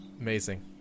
Amazing